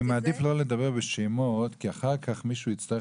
אני מעדיף לא לדבר בשמות כי אחר כך מישהו יצטרך